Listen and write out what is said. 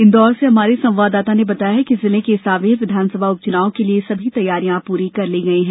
इंदौर से हमारे संवाददाता ने बताया है कि जिले के सांवेर विधानसभा उपचुनाव के लिए सभी तैयारियां पूर्ण कर ली गई हैं